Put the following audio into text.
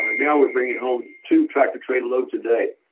now we're bringing home two tractor trailer loads a day.